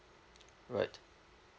right